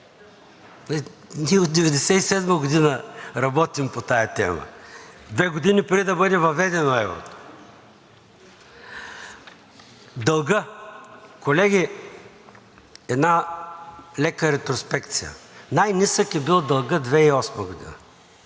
Ние от 1997 г. работим по тази тема – две години преди да бъде въведено еврото. Дългът, колеги, една лека ретроспекция – най-нисък е бил дългът 2008 г.